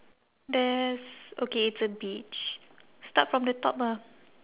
there's okay it's a beach start from the top ah